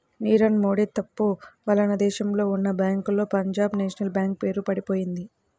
నీరవ్ మోడీ తప్పు వలన దేశంలో ఉన్నా బ్యేంకుల్లో పంజాబ్ నేషనల్ బ్యేంకు పేరు పడిపొయింది